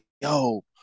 yo